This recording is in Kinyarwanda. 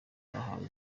bahawe